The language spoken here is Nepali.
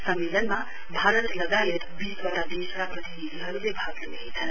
सम्मेलनमा भारत लगायत वीसवटा देशका प्रतिनिधिहरुले भाग लिइरहेछन्